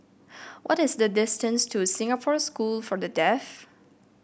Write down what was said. what is the distance to Singapore School for the Deaf